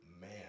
man